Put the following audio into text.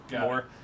more